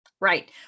Right